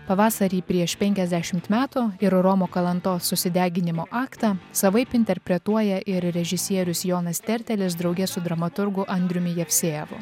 pavasarį prieš penkiasdešimt metų ir romo kalantos susideginimo aktą savaip interpretuoja ir režisierius jonas tertelis drauge su dramaturgu andriumi javsejevu